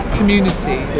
community